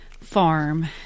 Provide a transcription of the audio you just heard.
farm